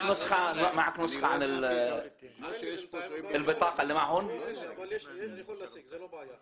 לא יודע, אבל אני יכול להשיג, זו לא בעיה.